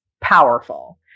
powerful